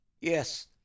Yes